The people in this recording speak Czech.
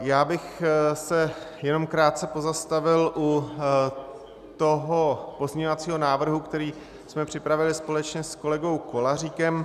Já bych se jenom krátce pozastavil u toho pozměňovacího návrhu, který jsme připravili společně s kolegou Koláříkem.